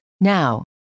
Now